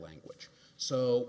language so